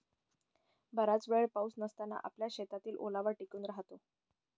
बराच वेळ पाऊस नसताना आपल्या शेतात ओलावा टिकून राहतो